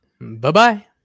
Bye-bye